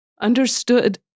understood